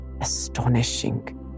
Astonishing